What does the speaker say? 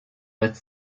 with